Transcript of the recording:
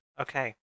Okay